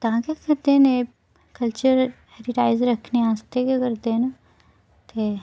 ते तां गै करदे न एह् कल्चर हैरीटेज़ रक्खनै आस्तै गै करदे न ते